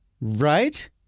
right